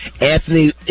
Anthony